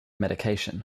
medication